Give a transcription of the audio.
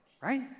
right